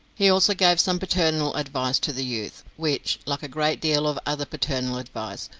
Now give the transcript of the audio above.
he also gave some paternal advice to the youth, which, like a great deal of other paternal advice,